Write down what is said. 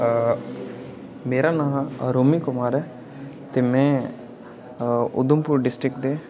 मेरा नांऽ रोमी कुमार ऐ में उधमपुर डिस्ट्रिक्ट दे